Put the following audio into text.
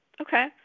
Okay